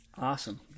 Awesome